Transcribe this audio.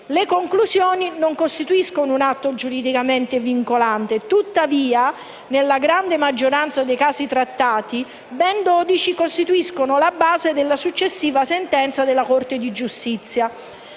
Le conclusioni non costituiscono un atto giuridicamente vincolante. Tuttavia, nella grande maggioranza dei casi trattati, ben 12 costituiscono la base della successiva sentenza della Corte di giustizia.